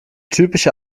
typische